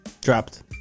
Dropped